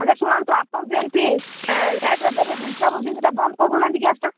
ଆଚ୍ଛା ଶୁଣନ୍ତୁ ଆପଣ ଯେମ୍ତି ଲେଟରେ ଦେବେ ଜିନିଷଟା ବନ୍ଦ କରି ଦେଉନାହାନ୍ତି ଗ୍ୟାସ୍ଟା